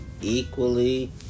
equally